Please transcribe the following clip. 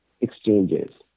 exchanges